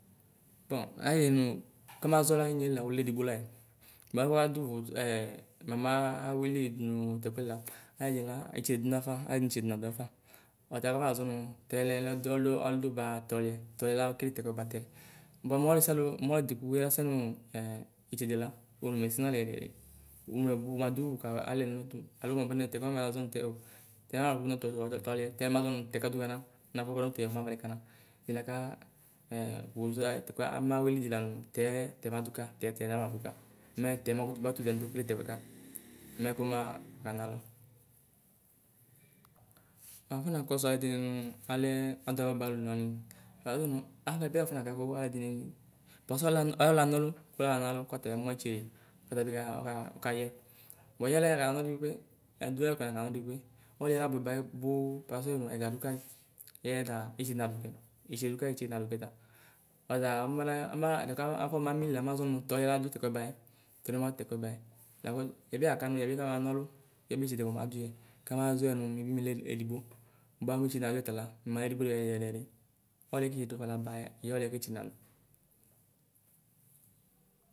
Tɔŋ ayilie nu kamaʒɔla inyeli lawulɛ edigbo layɛ baluwadu voto ɛ mama nawili nu tɛkuɛni la ayilie la itsede dunafa ayilie nitsede na dunafa. Ɔtala afɔnaʒɔnu 'tɛlɛ laŋdzolo ɔŋdubaa tɔliɛ'; tɔliɛ la kele tɛkuɛ ba tɛ. Bua mɔlusaba mɔlu dekpekpe la sɛnuu ɛ itsede la wuneme sinalɛ yɛdiyɛdi wumebu wamadu bubu kalɛ nɛtʋ alo wuabane tɛkuɛamɛ laʒɔ mutɛɔ. Tɛladuno tɔliɛ tɛmaʒonu tɛkuɛ du kana, nafuɔvlɛ mutɛo mavlɛ kana tadiaka ɛ wueve awuetɔ kama wilidila nu tɛɛ tɛkuɛmaduka mɛɛ tɛɛ makutu gbɔ nu tuvie nu kogbə tɛkuɛ kamɛ kɔmaɣanalo. Nafɔna kɔsu aluɛdini nu alɛɛ aɖualɔ. baluonewami pase nuu afədaƒa nalɛdini. Pasedu alu anɔlu ku laɣa nalɔ kɔtabiamuayitsede trɛbia ɔkua ɔkayɛ. Bua yɛla ɛnanɔlu diɣekpe, ɛdulako ɛnanɔludiɣikpe ɔluɛ la bʋɛbayɛ boo pase nu ɛga dukayi bua yɛtaa ize nadukɛ ize du kayi bua itsede nadu kɛta. Ɔta ɔmana ɔma akɔsu mamui maʒɔnu tɔliɛ laɖu tɛkuɛ bayɛ; Tabiakamɛ yɛbi kɛma nɔlu kiyɛbi itseɖe naɖuyɛtala mimaledigbo yɛɖiyɛɖiyɛɖi, ɔliɛ kitsede dufa labayɛ yɛɔliɛ ditinama.